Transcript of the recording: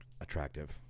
attractive